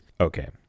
okay